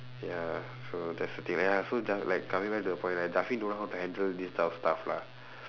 ya so that's the thing like ya so ja~ like coming back to the point right don't know how to handle this kind of stuff lah